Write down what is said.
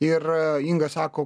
ir inga sako